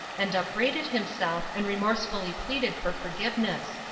and upbraided himself and remorsefully pleaded for forgiveness.